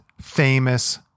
famous